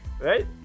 right